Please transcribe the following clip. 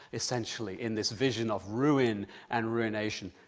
essentially, in this vision of ruin and ruination.